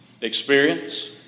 experience